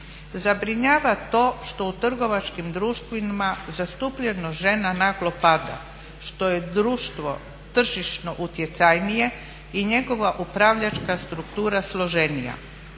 Zabrinjava to što u trgovačkim društvima zastupljenost žena naglo pada, što je društvo tržišno utjecajnije i njegova upravljačka struktura složenija.